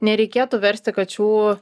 nereikėtų versti kačių